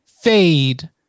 fade